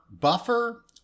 buffer